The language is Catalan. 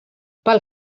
pel